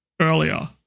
earlier